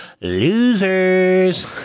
losers